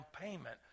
payment